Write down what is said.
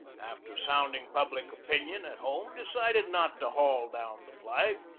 after sounding public opinion at home, decided not to haul down the flag,